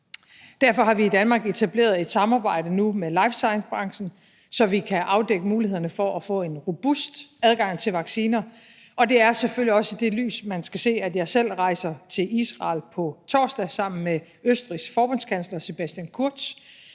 Derfor har vi i Danmark nu etableret et samarbejde med life science-branchen, så vi kan afdække mulighederne for at få en robust adgang til vacciner, og det er selvfølgelig også i det lys, man skal se, at jeg selv rejser til Israel på torsdag sammen med Østrigs forbundskansler, Sebastian Kurz.